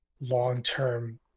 long-term